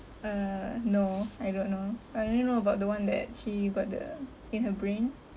uh no I don't know I only know about the one that she got the in her brain